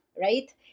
right